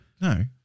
No